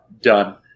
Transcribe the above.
done